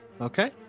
Okay